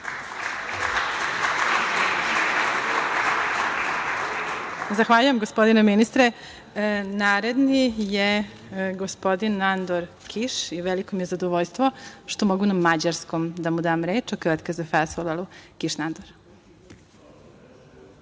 Zahvaljujem gospodine ministre. Naredni je gospodin Nandor Kiš. Veliko mi je zadovoljstvo što mogu na mađarskom da mu dam reč. **Nandor